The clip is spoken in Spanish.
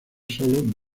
sólo